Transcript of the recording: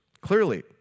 Clearly